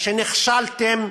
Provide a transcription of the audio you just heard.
שנכשלתם